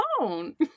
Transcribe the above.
alone